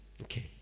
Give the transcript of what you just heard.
Okay